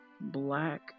black